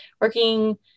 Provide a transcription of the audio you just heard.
working